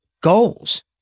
goals